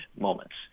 moments